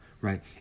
right